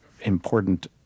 important